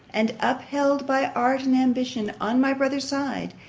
and upheld by art and ambition on my brother's side,